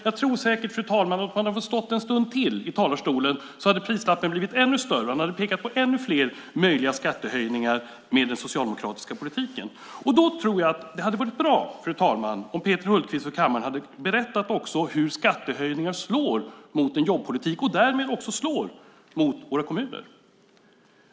Jag tror att om han hade fått stå i talarstolen en stund till hade prislappen blivit ännu större. Han hade pekat på ännu fler möjliga skattehöjningar med den socialdemokratiska politiken. Då tror jag att det hade varit bra om Peter Hultqvist hade berättat för kammaren hur skattehöjningar slår mot en jobbpolitik, och därmed också slår mot kommunerna.